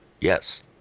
Yes